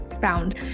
found